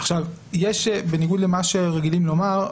בניגוד למה שרגילים לומר,